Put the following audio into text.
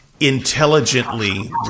intelligently